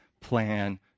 plan